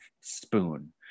spoon